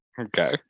Okay